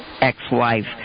ex-wife